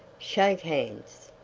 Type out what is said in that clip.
shake hands.